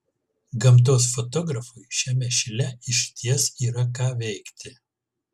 gamtos fotografui šiame šile išties yra ką veikti